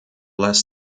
less